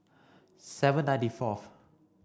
seven ninety fourth